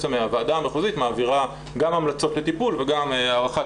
הוועדה המחוזית מעבירה גם המלצות לטיפול וגם הערכת